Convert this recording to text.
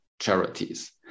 charities